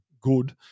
good